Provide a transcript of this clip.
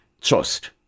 trust